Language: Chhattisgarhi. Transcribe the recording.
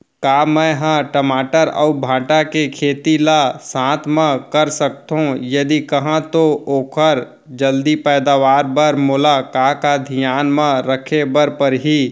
का मै ह टमाटर अऊ भांटा के खेती ला साथ मा कर सकथो, यदि कहाँ तो ओखर जलदी पैदावार बर मोला का का धियान मा रखे बर परही?